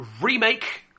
remake